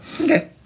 Okay